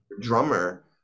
drummer